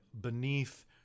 beneath